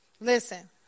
Listen